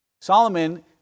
Solomon